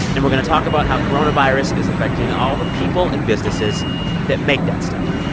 and we're going to talk about how coronavirus is affecting all the people and businesses that make that stuff.